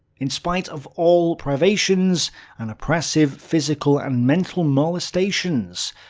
in spite of all privations and oppressive physical and mental molestations,